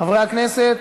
חברי הכנסת.